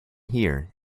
here